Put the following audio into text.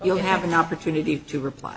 you'll have an opportunity to reply